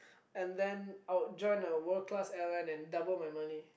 and then I would join a world class airline and double my money